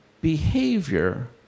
behavior